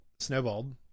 snowballed